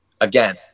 again